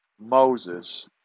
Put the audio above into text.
Moses